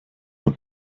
und